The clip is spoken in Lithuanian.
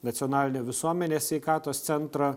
nacionalinio visuomenės sveikatos centro